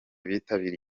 bitabiriye